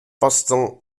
boston